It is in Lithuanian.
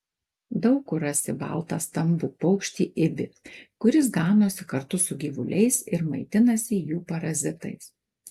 daug kur rasi baltą stambų paukštį ibį kuris ganosi kartu su gyvuliais ir maitinasi jų parazitais